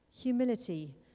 humility